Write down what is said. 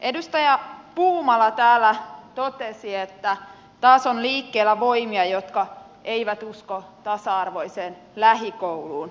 edustaja puumala täällä totesi että taas on liikkeellä voimia jotka eivät usko tasa arvoiseen lähikouluun